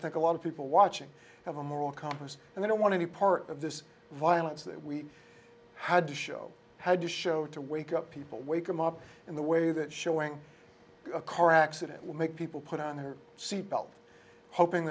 think a lot of people watching have a moral compass and they don't want to be part of this violence that we had to show had to show to wake up people wake them up in the way that showing a car accident will make people put on their seat belt hoping